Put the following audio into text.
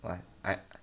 !wah! I